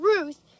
Ruth